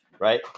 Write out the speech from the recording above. Right